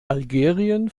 algerien